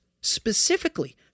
Specifically